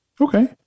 Okay